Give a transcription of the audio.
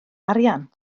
arian